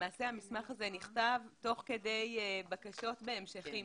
למעשה המסמך הזה נכתב תוך כדי בקשות בהמשכים,